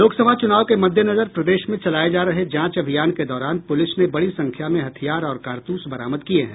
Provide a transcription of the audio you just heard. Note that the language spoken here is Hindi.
लोकसभा चुनाव के मद्देनजर प्रदेश में चलाये जा रहे जांच अभियान के दौरान पुलिस ने बड़ी संख्या में हथियार और कारतूस बरामद किये हैं